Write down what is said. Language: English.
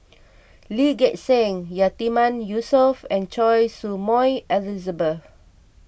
Lee Gek Seng Yatiman Yusof and Choy Su Moi Elizabeth